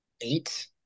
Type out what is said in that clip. eight